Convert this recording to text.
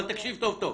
אבל תקשיב טוב-טוב,